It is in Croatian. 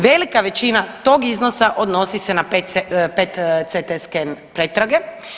Velika većina tog iznosa odnosi se na pet ct scan pretrage.